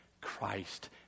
Christ